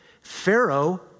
Pharaoh